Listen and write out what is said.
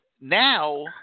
now